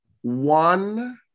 one